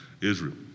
Israel